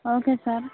okay sir